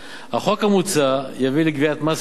החוק המוצע יביא לגביית מס מיידית.